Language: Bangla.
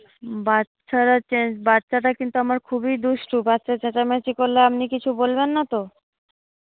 বাচ্চারা বাচ্চাটা কিন্তু আমার খুবই দুষ্টু বাচ্চা চেঁচামেঁচি করলে আপনি কিছু বলবেন না তো